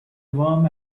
warm